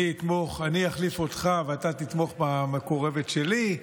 אני אחליף אותך ואתה תתמוך במקורבת שלי,